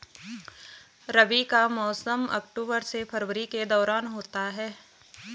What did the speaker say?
रबी का मौसम अक्टूबर से फरवरी के दौरान होता है